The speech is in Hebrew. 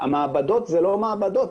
המעבדות הן לא מעבדות,